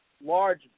Large